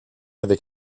avec